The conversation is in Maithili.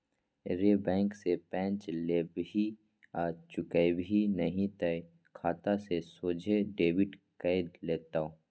रे बैंक सँ पैंच लेबिही आ चुकेबिही नहि तए खाता सँ सोझे डेबिट कए लेतौ